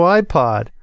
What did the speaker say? iPod